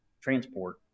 transport